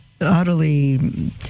utterly